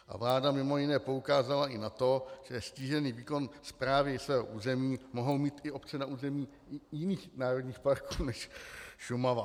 A vláda mimo jiné poukázala i na to, že ztížený výkon správy svého území mohou mít i obce na území jiných národních parků než Šumava.